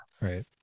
Right